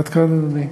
עד כאן, אדוני.